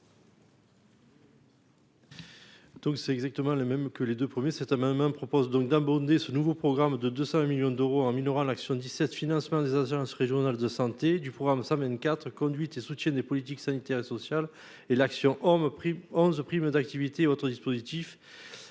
c'est exactement le même que les 2 premiers sets même hein propose donc d'abonder ce nouveau programme de 201 millions d'euros en minorant l'action 17, financement des agences régionales de santé du programme ça 24 conduite et soutien des politiques sanitaires et sociales et l'action homme pris 11 prime d'activité autre dispositif